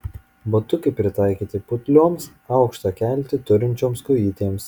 batukai pritaikyti putlioms aukštą keltį turinčioms kojytėms